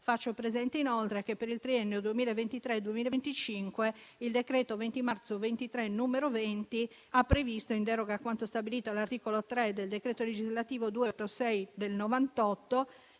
Faccio presente, inoltre, che per il triennio 2023-2025, il decreto 20 marzo 2023, n. 20, ha previsto, in deroga a quanto stabilito dall'articolo 3 del decreto legislativo n. 286 del 1998,